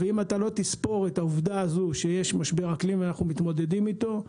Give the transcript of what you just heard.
ואם אתה לא תספור את העובדה הזו שיש משבר אקלים ואנחנו מתמודדים איתו,